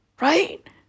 right